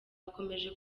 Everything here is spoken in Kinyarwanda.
akomeje